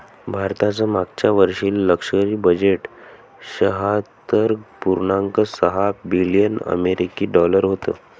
भारताचं मागच्या वर्षीचे लष्करी बजेट शहात्तर पुर्णांक सहा बिलियन अमेरिकी डॉलर होतं